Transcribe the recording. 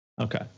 Okay